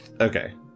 Okay